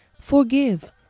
forgive